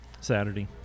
Saturday